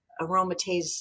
aromatase